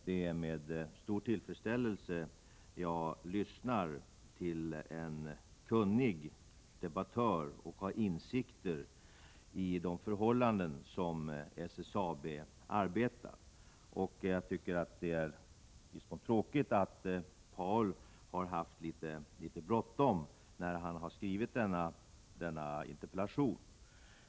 Det är med stor tillfredsställelse som jag lyssnar till en kunnig debattör som har insikter i de förhållanden som SSAB arbetar under. Det är i viss mån tråkigt att Paul Lestander har haft litet bråttom när han har skrivit sin interpellation.